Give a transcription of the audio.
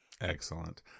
Excellent